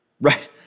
Right